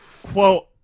quote